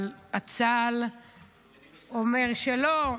אבל צה"ל אומר שלא,